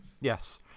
yes